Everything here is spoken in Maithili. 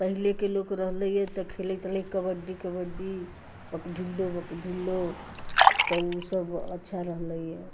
पहिलेके लोक रहलैया तऽ खेलैत रहलै कबड्डी कबड्डी अप ढिल्लो बक ढिल्लो तऽ ओ सभ अच्छा रहलैया